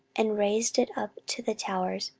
and raised it up to the towers,